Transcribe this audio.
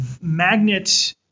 Magnet